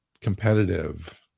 competitive